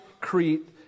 Crete